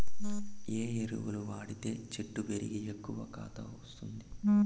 ఏ ఎరువులు వాడితే చెట్టు పెరిగి ఎక్కువగా కాత ఇస్తుంది?